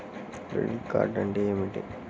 Credit card అంటే ఏమిటి?